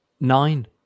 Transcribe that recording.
nine